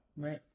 Right